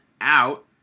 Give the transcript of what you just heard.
out